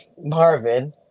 Marvin